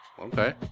Okay